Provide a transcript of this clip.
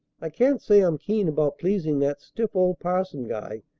i can't say i'm keen about pleasing that stiff old parson guy,